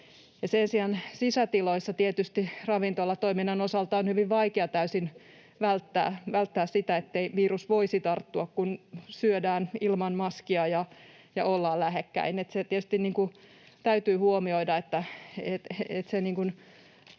Sen sijaan sisätiloissa tietysti ravintolatoiminnan osalta on hyvin vaikea täysin välttää sitä, ettei virus voisi tarttua, kun syödään ilman maskia ja ollaan lähekkäin, eli se tietysti täytyy huomioida, että